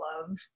love